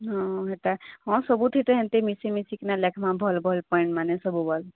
ହଁ ହେତା ହଁ ସବୁଥିତେ ହେନ୍ତି ମିଶି ମିଶିକିନା ଲେଖମା ଭଲ ଭଲ ପଏଣ୍ଟମାନେ ସବୁ ବଲ